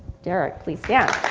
derek please yeah